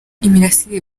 imirasire